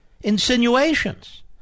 insinuations